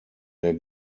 der